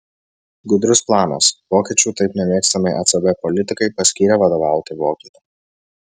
gudrus planas vokiečių taip nemėgstamai ecb politikai paskyrė vadovauti vokietę